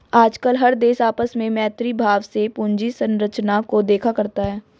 आजकल हर देश आपस में मैत्री भाव से पूंजी संरचना को देखा करता है